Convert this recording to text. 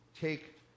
take